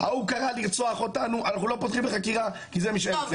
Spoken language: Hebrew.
ההוא קרא לרצוח אותנו 'אנחנו לא פותחים בחקירה כי זו משאלת לב'.